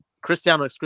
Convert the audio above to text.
Cristiano